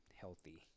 healthy